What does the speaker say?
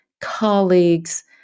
colleagues